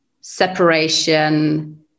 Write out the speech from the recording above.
separation